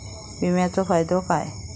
विमाचो फायदो काय?